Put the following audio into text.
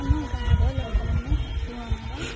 ଆମ ଗାଁ'ର ଲୋକମାନେ ଋଣ ନେବା